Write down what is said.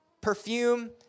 perfume